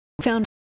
found